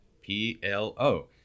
P-L-O